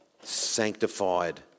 sanctified